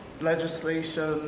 legislation